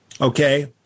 Okay